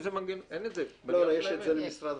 יש.